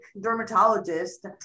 dermatologist